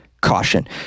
caution